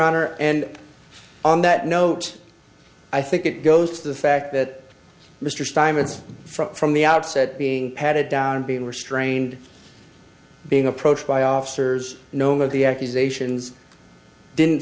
honor and on that note i think it goes to the fact that mr simonds from from the outset being patted down and being restrained being approached by officers known of the accusations didn't